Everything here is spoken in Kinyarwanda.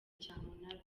cyamunara